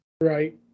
Right